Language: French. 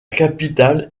capitale